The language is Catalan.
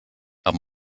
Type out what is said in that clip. amb